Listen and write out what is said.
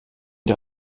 der